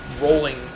rolling